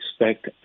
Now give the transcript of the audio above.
expect